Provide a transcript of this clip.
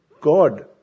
God